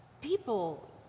people